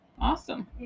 Awesome